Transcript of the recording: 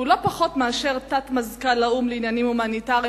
שהוא לא פחות מאשר תת-מזכ"ל האו"ם לעניינים הומניטריים,